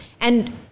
And-